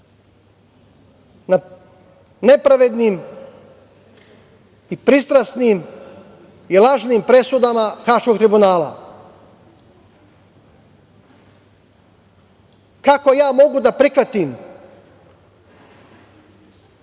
na nepravednim, pristrasnim i lažnim presudama Haškog tribunala? Kako ja mogu da prihvatim